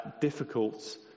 difficult